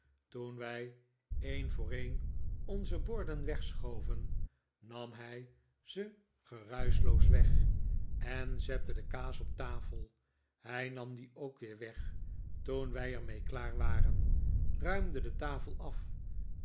toen wij een voor een onze borden wegschoven nam hij ze geruischloos weg en zette de kaas op tafel hij nam die ook weer weg toen wij er mee klaar waren ruimde de tafel af